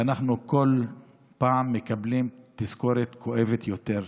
ואנחנו כל פעם מקבלים תזכורת כואבת יותר.